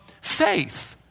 faith